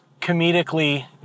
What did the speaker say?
comedically